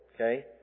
Okay